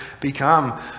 become